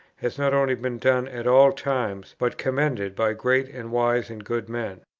hath not only been done at all times, but commended by great and wise and good men.